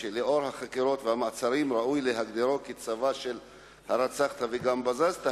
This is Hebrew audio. שלאור החקירות והמעצרים ראוי להגדירו כצבא של "הרצחת וגם בזזת",